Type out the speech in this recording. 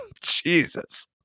Jesus